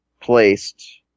placed